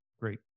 great